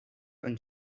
und